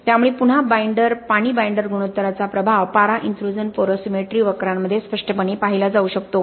त्यामुळे पुन्हा पाणी बाइंडर गुणोत्तराचा प्रभाव पारा इंत्रुझण पोरोसिमेट्री वक्रांमध्ये स्पष्टपणे पाहिला जाऊ शकतो